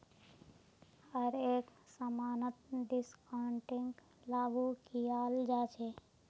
हर एक समानत डिस्काउंटिंगक लागू कियाल जा छ